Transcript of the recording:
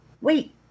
Wait